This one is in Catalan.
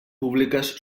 públiques